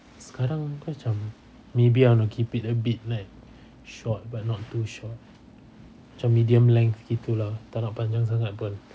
sekarang muka macam maybe I want to keep it a bit like short but not too short macam medium length gitu lah tak nak panjang sangat pun